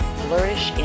flourish